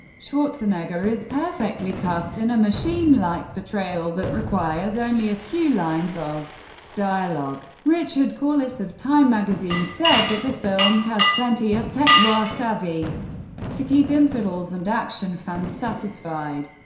schwarzenegger is perfectly cast in a machine-like portrayal that requires only a few lines of dialog. richard corliss of time magazine said that the film has plenty of tech-noir savvy to keep infidels and action fans satisfied.